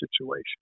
situation